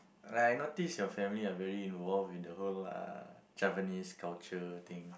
like I noticed your family are very involved in the whole ah Javanese culture thing